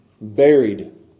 buried